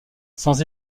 sans